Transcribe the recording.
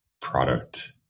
product